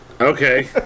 Okay